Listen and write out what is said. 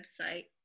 website